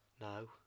no